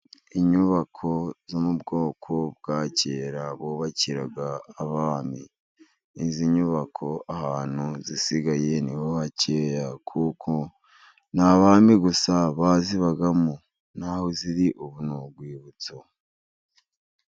Inyubako zo mu bwoko bwa kera bubakiraga abami. Izi nyubako ahantu zisigaye niho hake kuko ni abami gusa bazibagamo naho ziri ubu ni urwibutso.